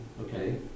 okay